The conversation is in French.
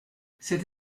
cette